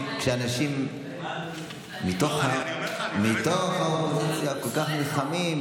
כשאנשים מתוך האופוזיציה כל כך נלחמים,